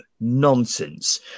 nonsense